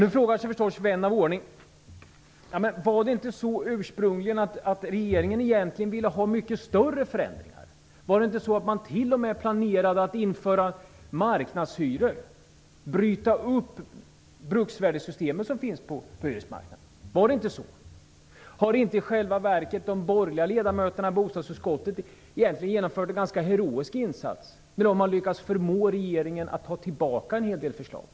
Nu frågar sig förstås vän av ordning: Ville inte regeringen ursprungligen ha mycket större förändringar? Planerade man inte t.o.m. att införa marknadshyror, att bryta upp det bruksvärdessystem som finns på hyresmarknaden? Har inte i själva verket de borgerliga ledamöterna i bostadsutskottet egentligen genomfört en ganska heroisk insats, när de har lyckats förmå regeringen att ta tillbaka en hel del förslag?